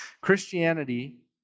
Christianity